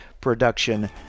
Production